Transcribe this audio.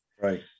Right